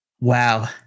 Wow